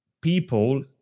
people